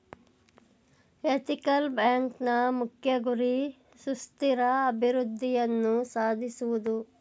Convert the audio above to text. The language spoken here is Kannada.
ಎಥಿಕಲ್ ಬ್ಯಾಂಕ್ನ ಮುಖ್ಯ ಗುರಿ ಸುಸ್ಥಿರ ಅಭಿವೃದ್ಧಿಯನ್ನು ಸಾಧಿಸುವುದು